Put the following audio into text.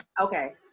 okay